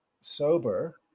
sober